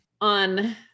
on